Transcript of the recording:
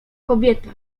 kobieta